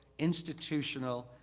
institutional,